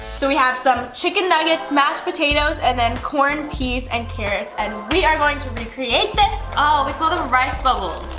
so we have some chicken nuggets mashed potatoes and then corn peas and carrots and we are going to recreate this ah we call the rice bubbles